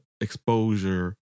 exposure